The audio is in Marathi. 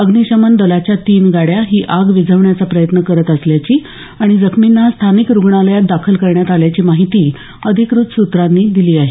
अग्नीशमन दलाच्या तीन गाड्या ही आग विझवण्याचा प्रयत्न करत असल्याची आणि जखमींना स्थानिक रुग्णालयात दाखल करण्यात आल्याची माहिती अधिकृत सूत्रांनी दिली आहे